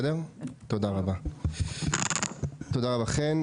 תודה רבה, חן.